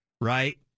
right